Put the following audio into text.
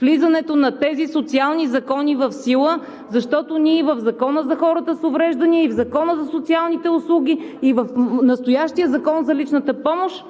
влизането на тези социални закони в сила, защото ние в Закона за хората с увреждания, и в Закона за социалните услуги, и в настоящия Закон за личната помощ